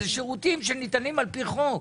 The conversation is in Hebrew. זה שירותים שניתנים לפי חוק.